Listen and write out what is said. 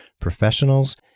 professionals